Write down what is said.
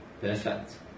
Perfect